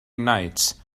knights